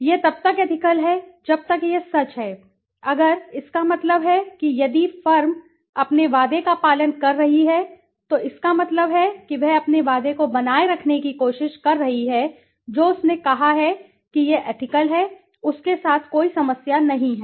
यह तब तक एथिकलहै जब तक यह सच है अगर इसका मतलब है कि यदि फर्म अपने वादे का पालन कर रही है तो इसका मतलब है कि वह अपने वादे को बनाए रखने की कोशिश कर रही है जो उसने कहा है कि यह एथिकल है इसके साथ कोई समस्या नहीं है